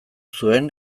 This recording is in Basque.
zuen